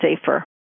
safer